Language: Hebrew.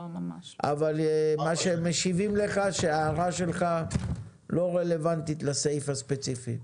אבל משיבים לך שההערה שלך לא רלוונטית לסעיף הספציפי,